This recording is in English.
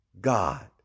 God